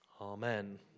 Amen